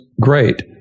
great